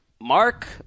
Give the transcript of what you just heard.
Mark